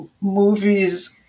movies